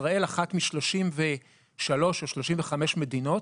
ישראל אחת משלושים-ושלוש או שלושים-וחמש מדינות,